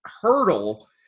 hurdle